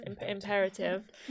imperative